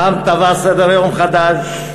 העם תבע סדר-יום חדש,